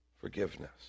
forgiveness